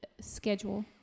schedule